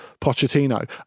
Pochettino